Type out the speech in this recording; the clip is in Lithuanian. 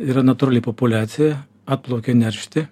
yra natūrali populiacija atplaukia neršti